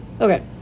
Okay